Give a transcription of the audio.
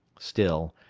still,